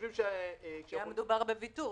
כי היה מדובר בוויתור.